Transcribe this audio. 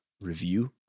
review